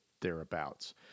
thereabouts